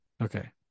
Okay